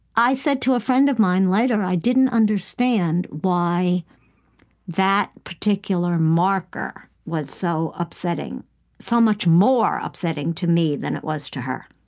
i said to a friend of mine later, i didn't understand why that particular marker was so upsetting so much more upsetting to me than it was to her.